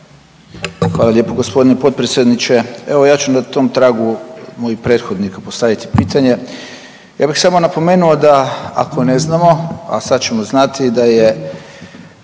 Hvala lijepo gospodine potpredsjedniče. Evo ja ću na tom tragu mojih prethodnih postaviti pitanje. Ja bih samo napomenuo da ako ne znamo, a sad ćemo znati da je